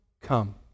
come